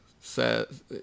Says